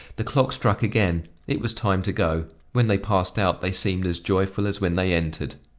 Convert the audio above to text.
the clock struck again it was time to go when they passed out they seemed as joyful as when they entered.